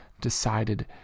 decided